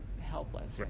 helpless